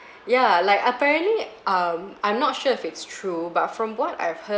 ya like apparently um I'm not sure if it's true but from what I've heard